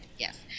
Yes